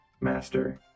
Master